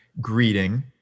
greeting